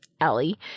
Ellie